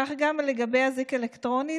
כך גם לגבי אזיק אלקטרוני,